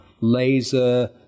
laser